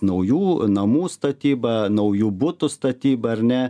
naujų namų statyba naujų butų statyba ar ne